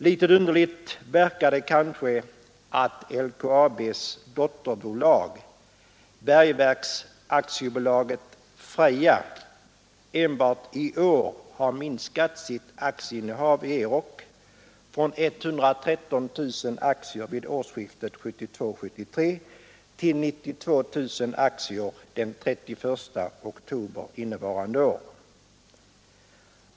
Litet underligt verkar det kanske att LKAB:s dotterbolag Bergverks AB Freja enbart i år har minskat sitt aktieinnehav i Euroc från 113 000 aktier vid årsskiftet 1972/73 till 92 000 aktier den 31 oktober innevarande år.